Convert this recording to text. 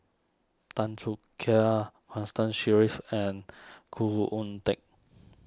Tan Choo Kai Constance Sheares and Khoo Oon Teik